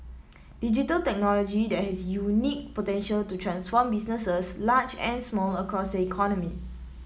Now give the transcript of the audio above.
digital technology has unique potential to transform businesses large and small across the economy